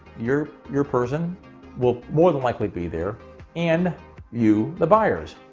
your your person will more than likely be there and you, the buyers.